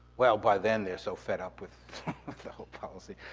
well, by then they're so fed up with the whole policy.